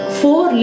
four